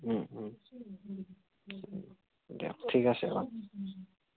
দিয়ক ঠিক আছে অ'